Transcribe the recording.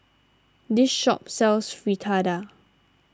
this shop sells Fritada